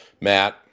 Matt